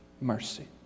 mercy